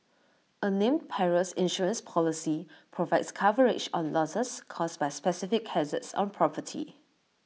A named Perils Insurance Policy provides coverage on losses caused by specific hazards on property